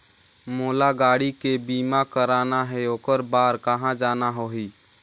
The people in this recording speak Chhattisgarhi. मोला गाड़ी के बीमा कराना हे ओकर बार कहा जाना होही?